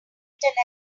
internet